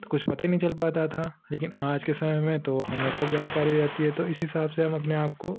तो कुछ पता ही नहीं चल पाता था लेकिन आज के समय में तो हमें सब जानकारी रहती है तो इस हिसाब से हम अपने आपको